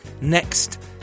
next